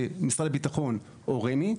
זה משרד הביטחון או רמ"י.